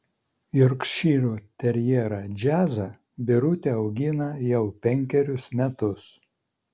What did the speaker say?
jorkšyro terjerą džiazą birutė augina jau penkerius metus